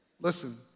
Listen